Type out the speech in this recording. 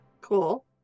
cool